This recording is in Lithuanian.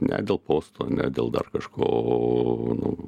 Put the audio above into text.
ne dėl postų ne dėl dar kažko